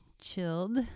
chilled